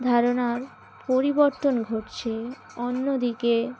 ধারণার পরিবর্তন ঘটছে অন্যদিকে